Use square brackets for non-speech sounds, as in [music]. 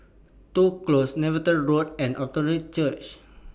Toh Close Netheravon Road and [unintelligible] Church